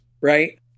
right